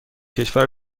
کشور